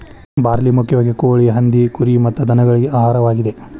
barley ಮುಖ್ಯವಾಗಿ ಕೋಳಿ, ಹಂದಿ, ಕುರಿ ಮತ್ತ ದನಗಳಿಗೆ ಆಹಾರವಾಗಿದೆ